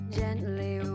gently